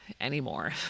anymore